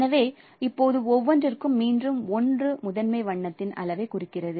எனவே இப்போது ஒவ்வொன்றிற்கும் மீண்டும் 1 முதன்மை வண்ணத்தின் அளவைக் குறிக்கிறது